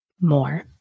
more